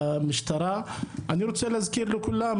אני רוצה להזכיר לכולם,